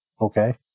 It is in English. Okay